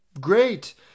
Great